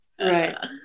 Right